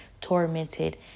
tormented